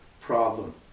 problem